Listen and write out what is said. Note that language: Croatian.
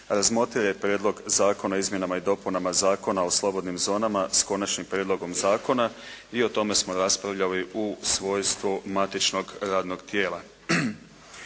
razmotrio je Prijedlog zakona o izmjenama i dopunama Zakona o slobodnim zonama s konačnim prijedlogom zakona i o tome smo raspravljali u svojstvu matičnog radnog tijela.